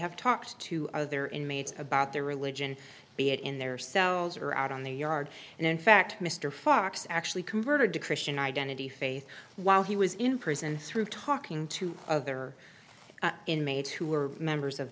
have talked to other inmates about their religion be it in their cells or out on the yard and in fact mr fox actually converted to christian identity faith while he was in prison through talking to other inmates who were members of